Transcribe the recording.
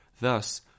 Thus